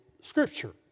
Scripture